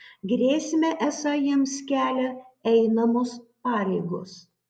grėsmę esą jiems kelia einamos pareigos